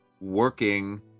working